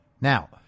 Now